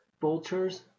vultures